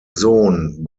sohn